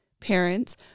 parents